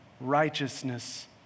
righteousness